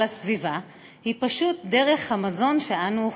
הסביבה היא פשוט דרך המזון שאנו אוכלים.